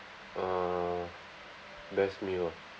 uh best meal ah